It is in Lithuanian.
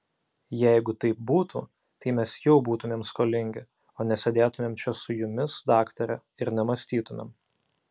jeigu taip būtų tai mes jau būtumėm skolingi o nesėdėtumėm čia su jumis daktare ir nemąstytumėm